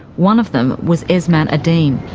one of them was esmat adine.